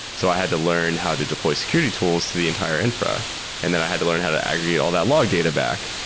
so i had to learn how to deploy security tools to the entire infra and then i had to learn how to aggregate all that log data back.